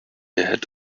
had